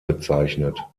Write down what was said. bezeichnet